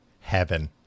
Heaven